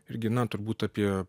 irgi na turbūt apie